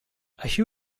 així